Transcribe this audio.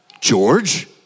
George